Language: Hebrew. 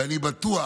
ואני בטוח